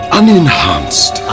unenhanced